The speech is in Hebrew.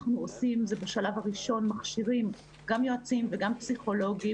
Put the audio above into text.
בשלב הראשון אנחנו מכשירים גם יועצים וגם פסיכולוגים